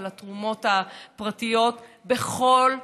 על התרומות הפרטיות בכל סכום,